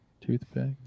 toothpick